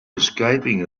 escaping